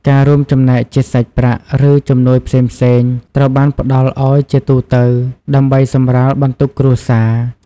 ការរួមចំណែកជាសាច់ប្រាក់ ឬជំនួយផ្សេងៗត្រូវបានផ្តល់ឱ្យជាទូទៅ ដើម្បីសម្រាលបន្ទុកគ្រួសារ។